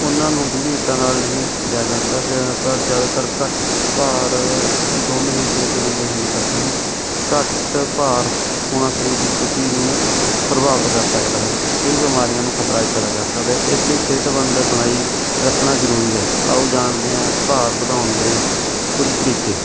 ਉਨ੍ਹਾਂ ਨੂੰ ਗੰਭੀਰਤਾ ਨਾਲ ਨਹੀਂ ਲਿਆ ਜਾਂਦਾ ਜ਼ਿਆਦਾਤਰ ਜ਼ਿਆਦਾਤਰ ਘੱਟ ਭਾਰ ਦੋਵੇਂ ਹੀ ਸਿਹਤਮੰਦ ਦੇ ਹਾਨੀਕਾਕਰ ਹਨ ਘੱਟ ਭਾਰ ਹੋਣਾ ਸਰੀਰ ਦੀ ਸਥਿਤੀ ਨੂੰ ਪ੍ਰਭਾਵਿਤ ਕਰ ਸਕਦਾ ਹੈ ਕਈ ਬਿਮਾਰੀਆਂ ਨੂੰ ਖਤਰਾ ਇਹ ਪੈਦਾ ਕਰ ਸਕਦਾ ਹੈ ਇਸ ਲਈ ਸਿਹਤਮੰਦ ਬਣਾਈ ਰੱਖਣਾ ਜ਼ਰੂਰੀ ਹੈ ਆਓ ਜਾਣਦੇ ਹਾਂ ਭਾਰ ਵਧਾਉਣ ਦੇ ਕੁਝ ਤਰੀਕੇ